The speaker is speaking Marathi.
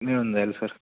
मिळून जाईल सर